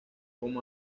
como